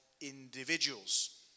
individuals